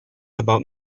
about